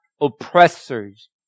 oppressors